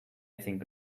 think